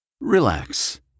Relax